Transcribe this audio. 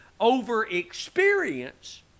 over-experience